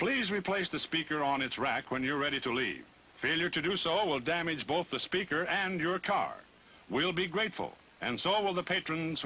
please replace the speaker on its rack when you're ready to leave failure to do so will damage both the speaker and your car will be grateful and so will the patrons